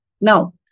Now